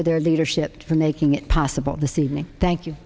for their leadership for making it possible this evening thank you